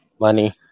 Money